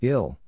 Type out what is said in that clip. Ill